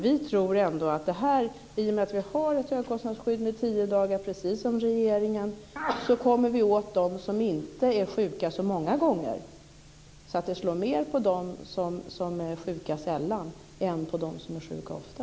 Vi tror ändå att i och med att vi föreslår ett högkostnadsskydd med tio dagar, precis som regeringen, kommer vi åt dem som inte är sjuka så många gånger. Det slår mer på dem som är sjuka sällan än på dem som är sjuka ofta.